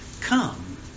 come